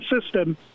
system